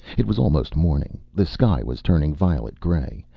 it was almost morning. the sky was turning violet gray.